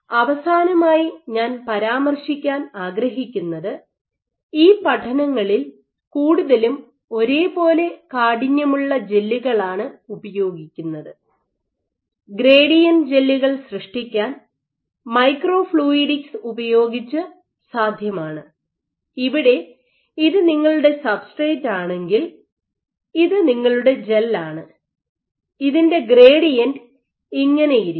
അവസാനമായി ഞാൻ പരാമർശിക്കാൻ ആഗ്രഹിക്കുന്നത് ഈ പഠനങ്ങളിൽ കൂടുതലും ഒരേ പോലെ കാഠിന്യമുള്ള ജെല്ലുകളാണ് ഉപയോഗിക്കുന്നത് ഗ്രേഡിയന്റ് ജെല്ലുകൾ സൃഷ്ടിക്കാൻ മൈക്രോ ഫ്ളൂയിഡിക്സ് ഉപയോഗിച്ച് സാധ്യമാണ് ഇവിടെ ഇത് നിങ്ങളുടെ സബ്സ്ട്രെറ്റ് ആണെങ്കിൽ ഇത് നിങ്ങളുടെ ജെൽ ആണ് ഇതിൻറെ ഗ്രേഡിയന്റ് ഇങ്ങനെയിരിക്കും